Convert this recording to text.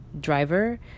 driver